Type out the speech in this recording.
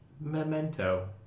Memento